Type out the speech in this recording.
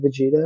Vegeta